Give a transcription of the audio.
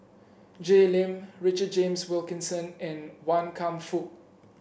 Jay Lim Richard James Wilkinson and Wan Kam Fook